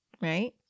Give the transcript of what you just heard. right